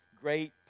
great